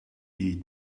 eat